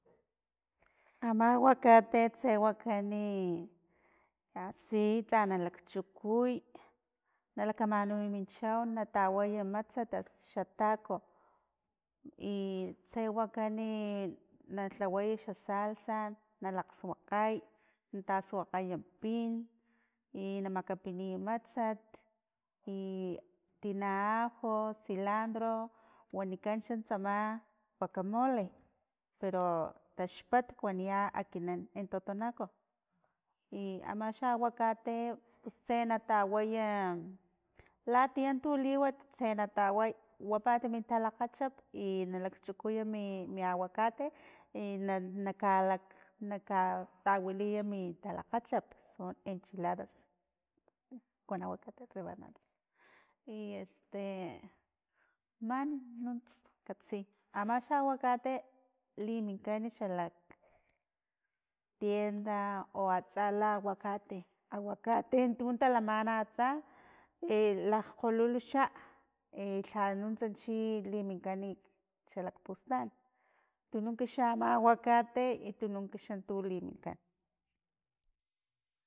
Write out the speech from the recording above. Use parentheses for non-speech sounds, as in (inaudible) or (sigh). Ama aguacate tse wakan i asi tsa nalakchukuya na lakamaknuya min chau na tawaya matsat xa taco (hesitation) tse wakan i na lhaway xa salsa na lkgsuakgay na tasuakgay pin i na makapiniy matsat (hesitation) tina ajo, cilandro wanikan xan tsama wakamole pero taxpat waniya akinan en totonaco i ama xa aguacate pus tse na tawaya latiya tu liwat tse na taway wapat min talakgachup i na lakchukuya mi- mi aguacate i na kalak naka tawiliy min talakgachupson enchiladas con aguacate en rebanadas i este man nunts katsi ama xa aguacate limincan xalak tienda o atsa la aguacate aguacate tu talamana atsa (hesitation) lakgolulu xa (hesitation) lhanuts chi liminkan xalakpustan tunuk xa ama aguacate y tunuk xa tu liminkan.